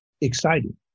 exciting